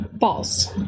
False